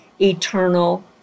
eternal